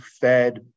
fed